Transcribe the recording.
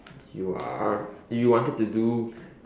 you are you wanted to do